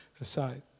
aside